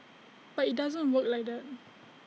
but IT doesn't work like that